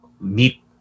meet